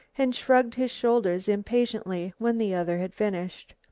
and shrugged his shoulders impatiently when the other had finished.